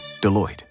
Deloitte